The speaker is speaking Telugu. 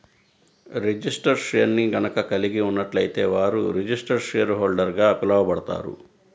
రిజిస్టర్డ్ షేర్ని గనక కలిగి ఉన్నట్లయితే వారు రిజిస్టర్డ్ షేర్హోల్డర్గా పిలవబడతారు